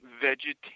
vegetarian